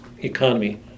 economy